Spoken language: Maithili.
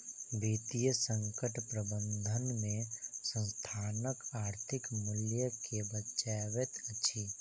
वित्तीय संकट प्रबंधन में संस्थानक आर्थिक मूल्य के बचबैत अछि